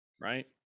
right